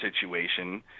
situation